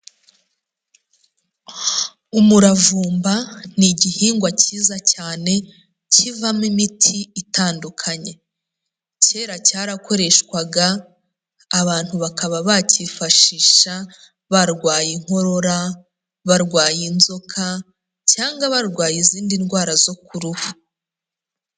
Umuravumba ni igihingwa cyiza cyane kivamo imiti itandukanye, kera cyarakoreshwaga abantu bakaba bacyifashisha barwaye inkorora, barwaye inzoka cyangwa barwaye izindi ndwara zo ku ruhu.